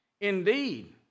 Indeed